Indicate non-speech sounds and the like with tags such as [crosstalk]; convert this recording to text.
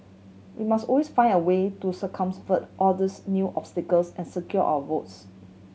we must owns find a way to [unintelligible] all these new obstacles and secure our votes